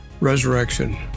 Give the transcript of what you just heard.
Resurrection